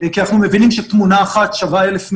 כי אנחנו מבינים שתמונה אחת שווה אלף מילים,